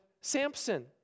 Samson